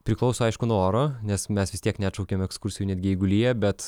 priklauso aišku nuo oro nes mes vis tiek neatšaukiam ekskursijų netgi jeigu lyja bet